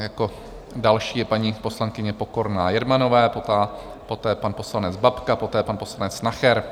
Jako další je paní poslankyně Pokorná Jermanová, poté pan poslanec Babka, poté pan poslanec Nacher.